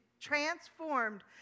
transformed